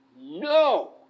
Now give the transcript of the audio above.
no